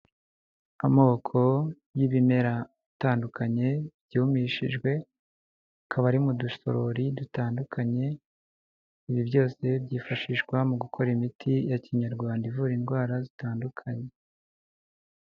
Amoko y'ibimera atandukanye byumishijwe, akaba ari mu dusorori dutandukanye, ibi byose byifashishwa mu gukora imiti ya kinyarwanda, ivura indwara zitandukanye.